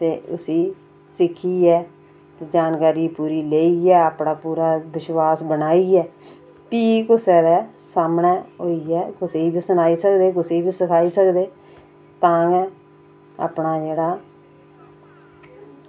ते उसी सिक्खियै जानकारी पूरी लेइयै अपना पूरा विश्वास बनाइयै भी कुसै दे सामनै होइयै कुसै ई बी सनाई सकदे कुसै गी बी सखाई सकदे तां गै अपना जेह्ड़ा